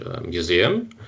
museum